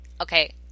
Okay